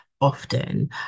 often